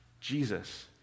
Jesus